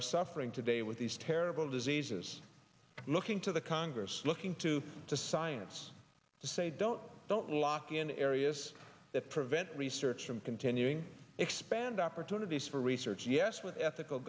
are suffering today with these terrible diseases looking to the congress looking to to science to say don't don't lock in areas that prevent research from continuing to expand opportunities for research yes with ethical